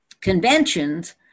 conventions